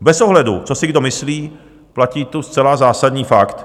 Bez ohledu, co si kdo myslí, platí tu zcela zásadní fakt.